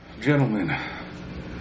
Gentlemen